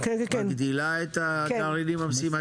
את מגדילה את הגרעינים המשימתיים?